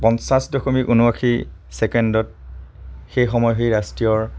পঞ্চাছ দশমিক ঊনোৱাশী ছেকেণ্ডত সেই সময়ৰ সেই ৰাষ্ট্ৰীয়